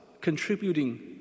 contributing